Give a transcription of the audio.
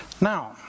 Now